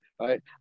right